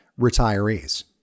retirees